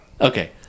Okay